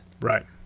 Right